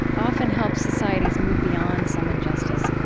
often helps societies move beyond some injustice,